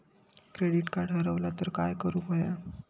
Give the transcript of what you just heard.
Credit card हरवला तर काय करुक होया?